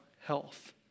health